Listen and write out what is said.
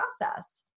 process